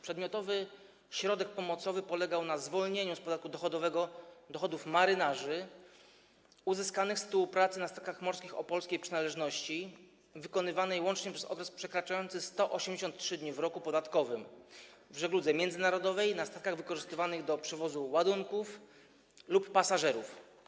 Przedmiotowy środek pomocowy polegał na zwolnieniu z podatku dochodowego dochodów marynarzy uzyskanych z tytułu pracy na statkach morskich o polskiej przynależności wykonywanej łącznie przez okres przekraczający 183 dni w roku podatkowym w żegludze międzynarodowej na statkach wykorzystywanych do przewozu ładunków lub pasażerów.